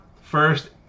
First